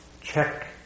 check